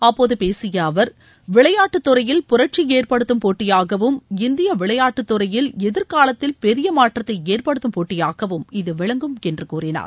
அப்போது பேசிய அவர் விளையாட்டுத்துறையில் புரட்சி ஏற்படுத்தும் போட்டியாகவும் இந்திய விளையாட்டு துறையில்எதிர்காலத்தில் பெரிய மாற்றத்தை ஏற்படுத்தும் போட்டியாகவும் இது விளங்கும் என்றும் கூறினார்